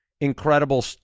Incredible